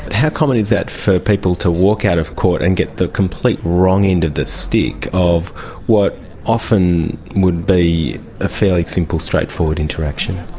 how common is that, for people to walk out of court and get the complete wrong end of the stick of what often would be a fairly simple, straightforward interaction?